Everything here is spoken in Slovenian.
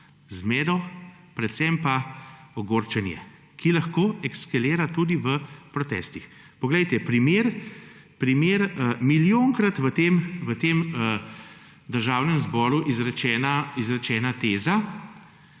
zmedo predvsem pa ogorčenje, ki lahko ekshalira tudi v protestih. Poglejte primer milijon krat v tem Državnem zboru izrečena teza